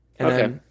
Okay